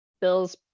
Bills